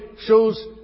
shows